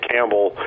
Campbell